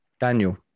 Daniel